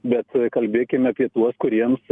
bet kalbėkim apie tuos kuriems